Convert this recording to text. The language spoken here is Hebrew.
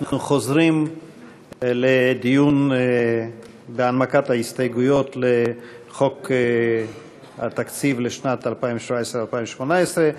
אנחנו חוזרים לדיון בהנמקת ההסתייגויות לחוק התקציב לשנים 2017 ו-2018,